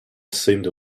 seemed